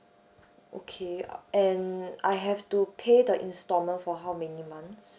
okay and I have to pay the instalment for how many months